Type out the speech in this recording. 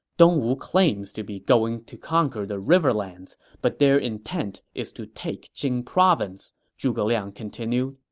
dongwu claims to be going to conquer the riverlands, but their intent is to take jing province, zhuge liang continued.